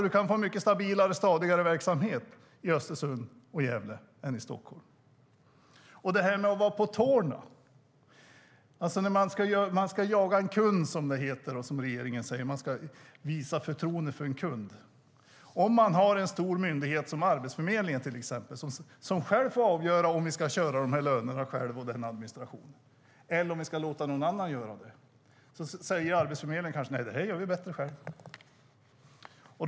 Man kan få mycket stabilare och stadigare verksamhet i Östersund och Gävle än i Stockholm. Attefall säger att Statens servicecenter ska vara på tårna. Man ska jaga kunder, som det heter. Regeringen säger att man ska visa förtroende för kunderna. Men en stor myndighet, till exempel Arbetsförmedlingen, som ska avgöra om den ska hantera löner och administration själv eller låta någon annan göra det kanske säger: Nej, det här gör vi bättre själva.